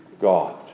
God